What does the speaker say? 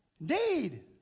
Indeed